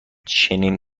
چنین